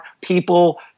people